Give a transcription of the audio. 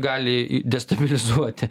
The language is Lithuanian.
gali destabilizuoti